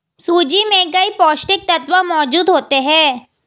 सूजी में कई पौष्टिक तत्त्व मौजूद होते हैं